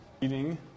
eating